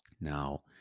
Now